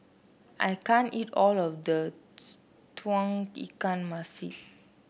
I can't eat all of this Tauge Ikan Masin